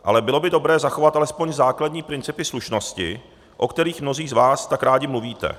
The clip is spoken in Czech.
Ale bylo by dobré zachovat alespoň základní principy slušnosti, o kterých mnozí z vás tak rádi mluvíte.